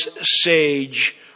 sage